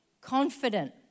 confident